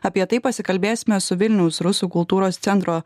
apie tai pasikalbėsime su vilniaus rusų kultūros centro